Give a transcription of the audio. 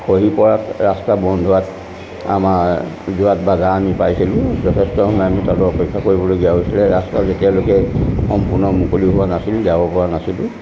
খহি পৰাত ৰাস্তা বন্ধ হোৱাত আমাৰ যোৱাত বাধা আমি পাইছিলোঁ যথেষ্ট সময় আমি তাতে অপেক্ষা কৰিবলগীয়া হৈছিলে ৰাস্তা যেতিয়ালৈকে সম্পূৰ্ণ মুকলি হোৱা নাছিল যাব পৰা নাছিলোঁ